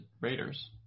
Raiders